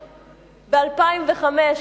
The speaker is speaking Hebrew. ב-2005,